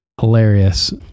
Hilarious